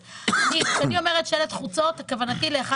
כשאני אומרת שלט חוצות כוונתי ל-1,